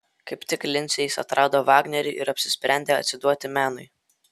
kaip tik lince jis atrado vagnerį ir apsisprendė atsiduoti menui